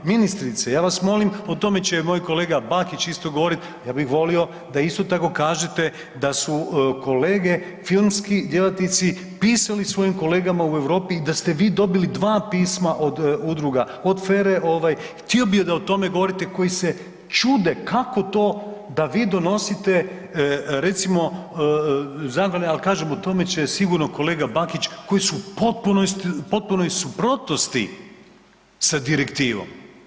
Ministrice, ja vas molim o tome će moj kolega Bakić isto govorit, ja bi volio da isto tako kažete da su kolege filmski djelatnici pisali svojim kolegama u Europi i da ste vi dobili dva pisma od udruga, od FER-e, htio bi da o tome govorite koji se čude kako to da vi donosite recimo zakone ali kažem, o tome će sigurno kolega Bakić, koji su u potpunoj suprotnosti sa direktivom.